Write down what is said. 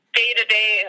day-to-day